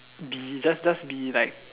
be just just be like